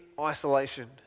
isolation